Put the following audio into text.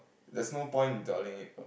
there's no point dwelling it